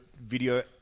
video